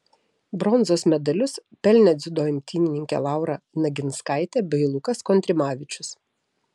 bronzos medalius pelnė dziudo imtynininkė laura naginskaitė bei lukas kontrimavičius